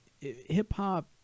hip-hop